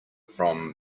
from